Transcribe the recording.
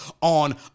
on